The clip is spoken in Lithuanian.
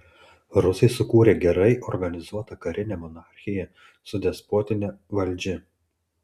rusai sukūrė gerai organizuotą karinę monarchiją su despotine valdžia